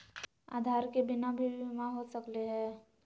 आधार के बिना भी बीमा हो सकले है?